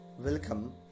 Welcome